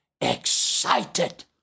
excited